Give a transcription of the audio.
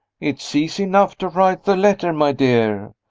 it's easy enough to write the letter, my dear.